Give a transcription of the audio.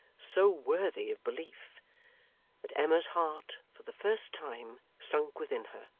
so worthy of belief that emma's heart, for the first time, sunk within her.